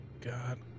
god